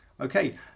Okay